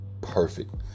perfect